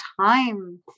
time